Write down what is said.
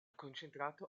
concentrato